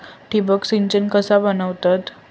ठिबक सिंचन कसा बनवतत?